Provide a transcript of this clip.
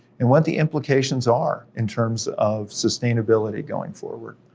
and what the implications are in terms of sustainability going forward.